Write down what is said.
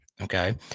Okay